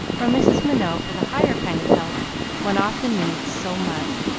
or mrs. minot for the higher kind of help one often needs so much.